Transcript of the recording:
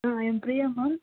I'm Priya ma'am